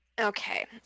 Okay